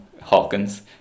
hawkins